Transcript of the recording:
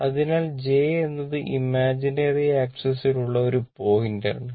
അതിനാൽ j എന്നത് imaginary ആക്സിസിൽ ഉള്ള ഒരു പോയിന്റ് ആണ്